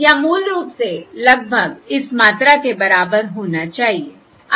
या मूल रूप से लगभग इस मात्रा के बराबर होना चाहिए